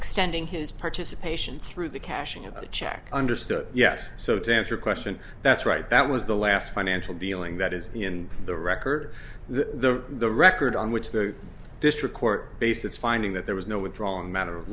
extending his participation through the cashing of the check understood yes so to answer question that's right that was the last financial dealing that is in the record the the record on which the district court base its finding that there was no withdrawing matter of